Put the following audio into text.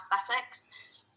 aesthetics